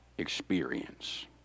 experience